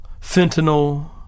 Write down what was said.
fentanyl